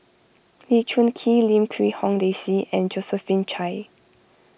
Lee Choon Kee Lim Quee Hong Daisy and Josephine Chia